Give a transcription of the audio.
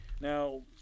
Now